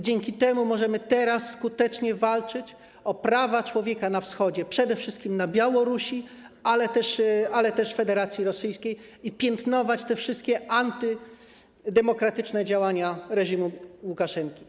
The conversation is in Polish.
Dzięki temu możemy teraz skutecznie walczyć o prawa człowieka na Wschodzie, przede wszystkim na Białorusi, ale też w Federacji Rosyjskiej i piętnować te wszystkie antydemokratyczne działania reżimu Łukaszenki.